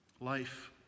life